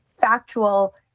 factual